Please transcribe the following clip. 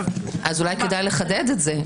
אולי כדאי לחדד את זה.